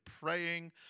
praying